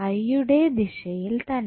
ഐയുടെ ദിശയിൽ തന്നെ